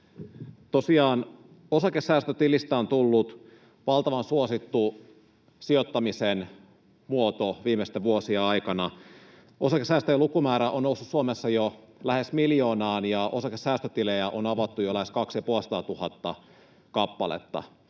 Tosiaan osakesäästötilistä on tullut valtavan suosittu sijoittamisen muoto viimeisten vuosien aikana. Osakesäästäjien lukumäärä on noussut Suomessa jo lähes miljoonaan, ja osakesäästötilejä on avattu jo lähes kaksi‑ ja